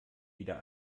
wieder